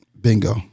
bingo